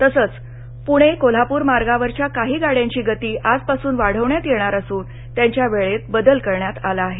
तसंच पुणे कोल्हापूर मार्गावरच्या काही गाड्यांची गती आजपासून वाढवण्यात येणार असून त्यांच्या वेळेत बदल करण्यात आला आहे